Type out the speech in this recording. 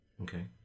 Okay